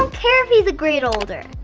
um care if he's a grade older.